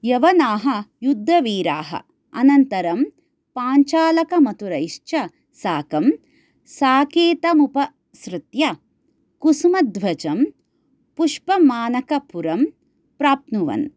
यवनाः युद्धवीराः अनन्तरं पाञ्चालकमथुरैश्च साकं साकेतमुपसृत्य कुसुमध्वजं पुष्पमाणकपुरं प्राप्नुवन्